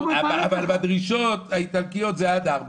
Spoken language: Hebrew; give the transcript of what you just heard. אבל הדרישות האיטלקיות הן עד גיל ארבע,